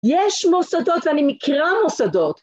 יש מוסדות ואני מכירה מוסדות